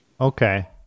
Okay